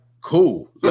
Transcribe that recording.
cool